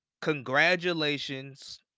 congratulations